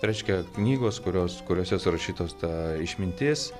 tai reiškia knygos kurios kuriose surašytos ta išmintis